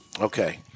Okay